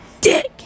dick